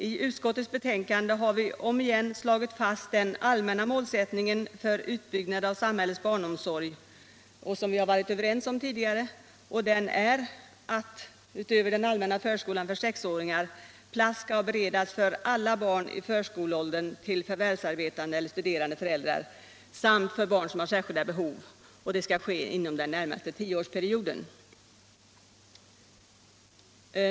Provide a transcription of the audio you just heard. I utskottets betänkande har vi omigen slagit fast den allmänna målsättningen för utbyggnaden av samhällets barnomsorg, som vi har varit överens om tidigare, att — utöver den allmänna förskolan för sexåringar — plats skall beredas för alla barn i förskoleåldern till förvärvsarbetande eller studerande föräldrar samt för barn med särskilda behov inom den närmaste tioårsperioden.